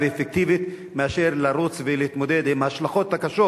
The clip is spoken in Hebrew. ואפקטיבית מאשר לרוץ ולהתמודד עם ההשלכות הקשות